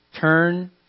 turn